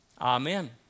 Amen